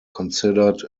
considered